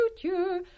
future